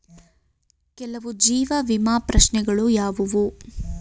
ಕೆಲವು ಜೀವ ವಿಮಾ ಪ್ರಶ್ನೆಗಳು ಯಾವುವು?